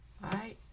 right